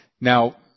Now